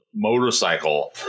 motorcycle